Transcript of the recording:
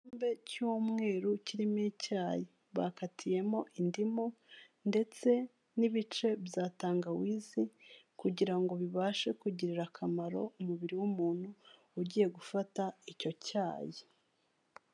Igikombe cy'umweru kirimo icyayi, bakatiyemo indimu ndetse n'ibice bya tangawizi kugira ngo bibashe kugirira akamaro umubiri w'umuntu ugiye gufata icyo cyayi.